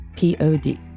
Pod